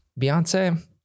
Beyonce